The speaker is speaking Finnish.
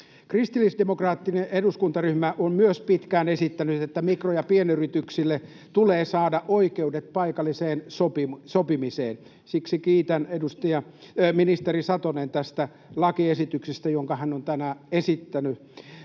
Kristillisdemokraattinen eduskuntaryhmä on myös pitkään esittänyt, että mikro- ja pienyrityksille tulee saada oikeudet paikalliseen sopimiseen. Siksi kiitän ministeri Satosta tästä lakiesityksestä, jonka hän on tänään esittänyt.